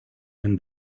and